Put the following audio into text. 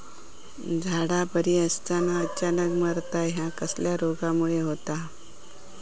झाडा बरी असताना अचानक मरता हया कसल्या रोगामुळे होता?